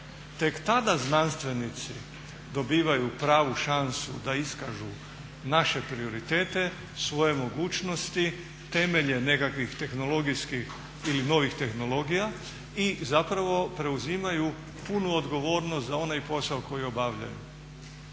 Tek tada znanstvenici dobivaju pravu šansu da iskažu naše prioritete, svoje mogućnosti, temelje nekakvih tehnologijskih ili novih tehnologija i zapravo preuzimaju punu odgovornost za onaj posao koji obavljaju.